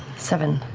seven.